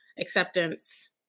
acceptance